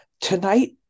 Tonight